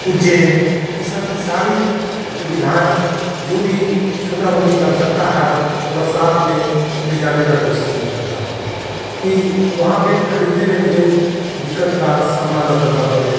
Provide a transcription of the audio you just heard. उज्जैन इस सबकी सारी सुविधाएँ जो भी छोटी मोटी आवश्यकता है वह साथ में ले जाने की कोशिश मैं करता हूँ कि वहाँ फिर खरीदने में मुझे दिक्कत का सामना न करना पड़े